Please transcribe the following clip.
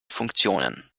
funktionen